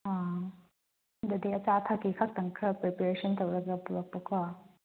ꯑꯗꯨꯗꯗꯤ ꯑꯆꯥ ꯑꯊꯛꯀꯤ ꯈꯛꯇꯪ ꯈꯔ ꯄ꯭ꯔꯤꯄꯔꯦꯁꯟ ꯇꯧꯔꯒ ꯄꯨꯔꯛꯄ ꯀꯣ